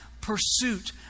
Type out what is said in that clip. pursuit